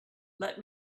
let